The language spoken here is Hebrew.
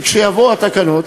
וכשיבואו התקנות,